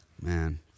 man